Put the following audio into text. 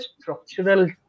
structural